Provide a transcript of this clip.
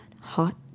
hot